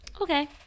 Okay